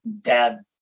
dad